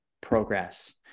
progress